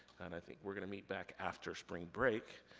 and i think we're gonna meet back after spring break,